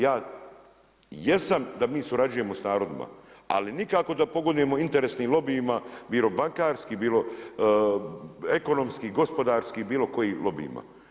Ja jesam da mi surađujemo s narodima, ali nikako da pogodujemo interesnim lobijima bilo bankarskim, bilo ekonomski, gospodarski bilo kojim lobijima.